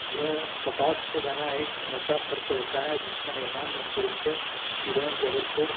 यह कपास से बना एक मोटा फर्श होता है जिसका निर्माण मुख्य रूप से सिरौन जबलपुर